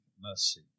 mercy